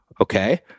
Okay